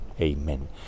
Amen